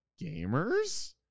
gamers